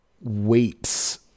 weights